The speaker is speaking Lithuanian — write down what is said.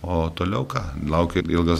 o toliau ką laukia ilgas